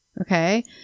Okay